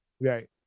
Right